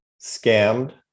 scammed